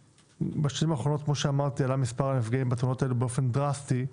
בשנים האחרונות כאמור עלה מספר הנפגעים בתאונות הללו באופן דרסטי.